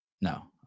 No